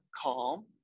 calm